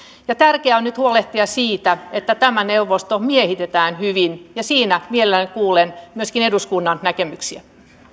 tärkeää on nyt huolehtia siitä että tämä neuvosto miehitetään hyvin ja siinä mielelläni kuulen myöskin eduskunnan näkemyksiä myönnän nyt